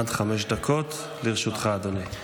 עד חמש דקות לרשותך, אדוני.